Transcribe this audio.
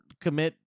commit